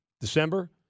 December